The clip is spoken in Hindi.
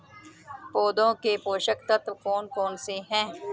पौधों के पोषक तत्व कौन कौन से हैं?